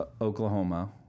Oklahoma